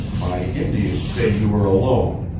my indians say you were alone.